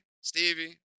Stevie